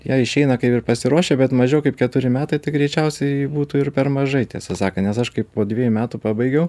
jie išeina kaip ir pasiruošę bet mažiau kaip keturi metai tai greičiausiai būtų ir per mažai tiesą sakan nes aš kai po dviejų metų pabaigiau